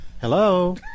Hello